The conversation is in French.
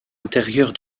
intérieure